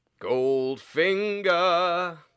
Goldfinger